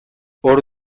hor